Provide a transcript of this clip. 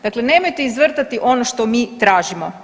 Dakle, nemojte izvrtati ono što mi tražimo.